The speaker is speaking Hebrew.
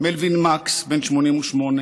מלווין ווקס,